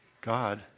God